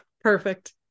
Perfect